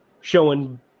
showing